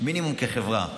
מינימום כחברה.